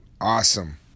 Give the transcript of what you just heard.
Awesome